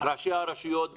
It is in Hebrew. ראשי הרשויות,